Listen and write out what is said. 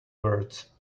words